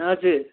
हजुर